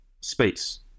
space